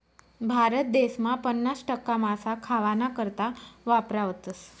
भारत देसमा पन्नास टक्का मासा खावाना करता वापरावतस